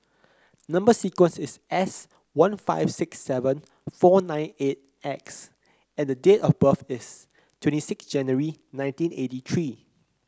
number sequence is S one five six seven four nine eight X and date of birth is twenty six January nineteen eighty three